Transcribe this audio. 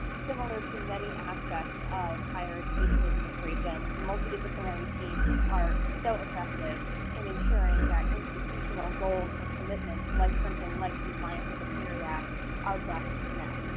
similar to many aspects of higher education administration. multi-disciplinary teams are so effective in ensuring that institutional goals or commitments like something like compliance of the clery act are best met.